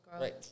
right